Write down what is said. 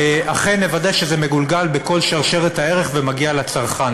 אכן לוודא שזה מגולגל בכל שרשרת הערך ומגיע לצרכן.